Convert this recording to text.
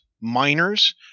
miners